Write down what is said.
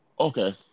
Okay